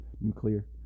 Nuclear